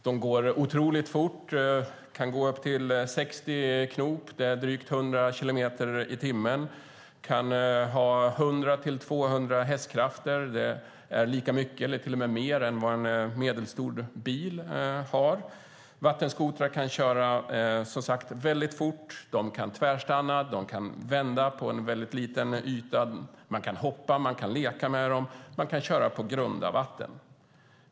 De går otroligt fort, de kan gå upp till 60 knop, vilket är drygt 100 kilometer i timmen, och de kan ha 100-200 hästkrafter, lika mycket som eller till och med mer än en medelstor bil. Vattenskotrar kan som sagt gå väldigt fort, de kan tvärstanna, de kan vända på en mycket liten yta. Man kan hoppa med dem, man kan leka med dem, och man kan köra på grunda vatten.